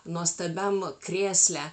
nuostabiam krėsle